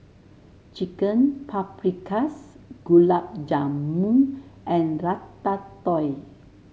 Chicken Paprikas Gulab Jamun and Ratatouille